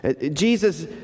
Jesus